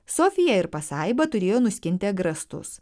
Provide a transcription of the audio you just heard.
sofija ir pasaiba turėjo nuskinti agrastus